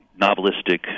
novelistic